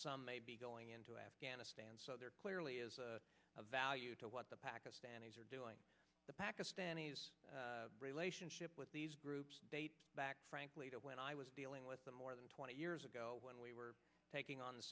some may be going into afghanistan so there clearly is a value to what the pakistanis are doing the pakistanis relationship with these groups back frankly to when i was dealing with them more than twenty years ago when we were taking on the